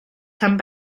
come